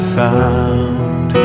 found